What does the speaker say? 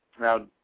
Now